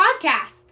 podcast